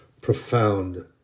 profound